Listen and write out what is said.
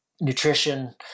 nutrition